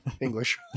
English